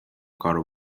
کارو